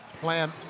plan